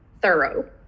Thorough